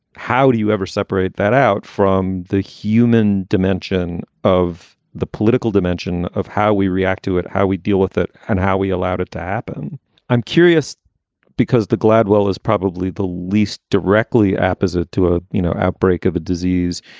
how do you ever separate that out from the human dimension of the political dimension of how we react to it, how we deal with it, and how we allowed it to happen i'm curious because the gladwell is probably the least directly apposite to a, you know, outbreak of a disease.